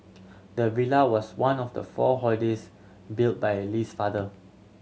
the villa was one of the four holidays built by Lee's father